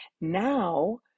Now